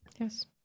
Yes